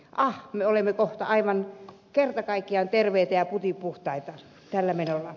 ah me olemme kohta aivan kerta kaikkiaan terveitä ja putipuhtaita tällä menolla